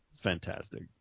fantastic